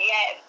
Yes